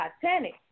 titanic